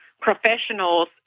professionals